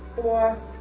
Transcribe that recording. four